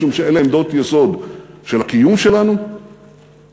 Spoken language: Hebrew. משום שאלה עמדות יסוד של הקיום שלנו וגם